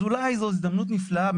אז אולי זו הזדמנות נפלאה,